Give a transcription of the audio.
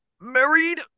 married